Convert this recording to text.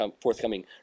forthcoming